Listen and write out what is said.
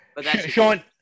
Sean